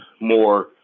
more